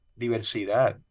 diversidad